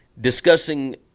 discussing